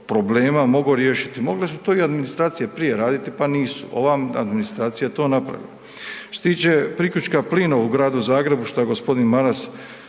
problema mogao riješiti. Mogle su to administracije prije raditi pa nisu. Ova administracija je to napravila. Što se tiče priključka plina u gradu Zagrebu, što g. Maras